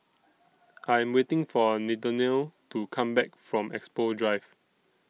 I'm waiting For Nathanael to Come Back from Expo Drive